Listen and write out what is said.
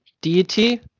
deity